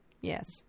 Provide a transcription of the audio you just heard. Yes